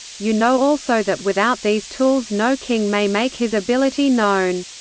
you know also that without these tools no king may make his ability known.